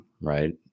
right